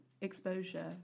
exposure